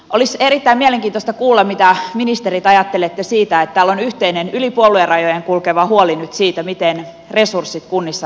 olisi erittäin mielenkiintoista kuulla mitä ministerit ajattelette siitä että täällä on yhteinen yli puoluerajojen kulkeva huoli nyt siitä miten resurssit kunnissa riittävät lastensuojeluun